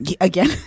Again